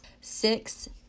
Six